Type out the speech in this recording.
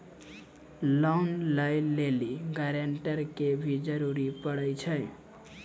Loan लै लेली guarantor के भी जरूरी पड़ै छै?